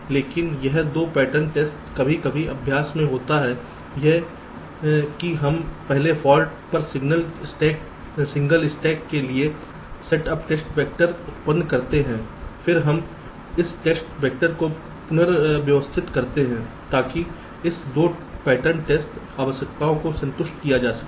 लेकिन यह 2 pattern test कभी कभी अभ्यास में होता है यह कि हम पहले फाल्ट पर सिंगल स्टेक के लिए सेटअप टेस्ट वैक्टर उत्पन्न करते हैं फिर हम इस टेस्ट वैक्टर को पुनर्व्यवस्थित करते हैं ताकि इस 2 पैटर्न टेस्ट आवश्यकताओं को संतुष्ट किया जा सके